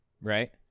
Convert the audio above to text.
right